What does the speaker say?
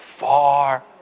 far